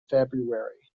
february